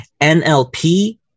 NLP